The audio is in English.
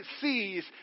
sees